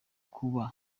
kuba